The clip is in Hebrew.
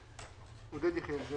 עו"ד עודד יחיאל.